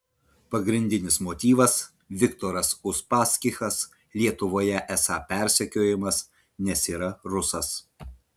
pagrindinis motyvas viktoras uspaskichas lietuvoje esą persekiojamas nes yra rusas